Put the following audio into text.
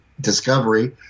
Discovery